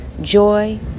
joy